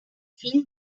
fill